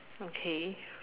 okay